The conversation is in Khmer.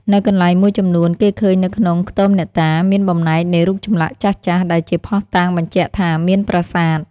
នៅកន្លែងមួយចំនួន គេឃើញនៅក្នុងខ្ទមអ្នកតា មានបំណែកនៃរូបចម្លាក់ចាស់ៗ ដែលជាភ័ស្តុតាងបញ្ជាក់ថាមានប្រាសាទ។